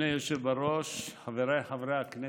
אדוני היושב בראש, חבריי חברי הכנסת,